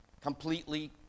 Completely